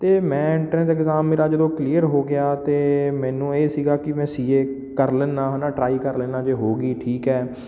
ਅਤੇ ਮੈਂ entrance exam ਮੇਰਾ ਜਦੋਂ ਕਲੀਅਰ ਹੋ ਗਿਆ ਤਾਂ ਮੈਨੂੰ ਇਹ ਸੀਗਾ ਕਿ ਮੈਂ ਸੀ ਏ ਕਰ ਲੈਂਦਾ ਹੈ ਨਾ ਟ੍ਰਾਈ ਕਰ ਲੈਂਦਾ ਜੇ ਹੋ ਗਈ ਠੀਕ ਹੈ